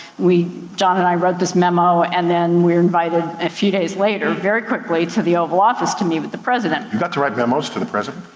we, john and i, wrote this memo, and then we were invited a few days later, very quickly, to the oval office to meet with the president. you got to write memos to the president?